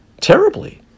terribly